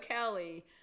Kelly